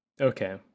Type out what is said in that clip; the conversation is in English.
okay